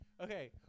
Okay